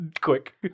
quick